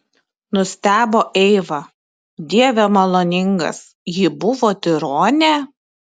nustebo eiva dieve maloningas ji buvo tironė